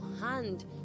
hand